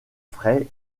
frais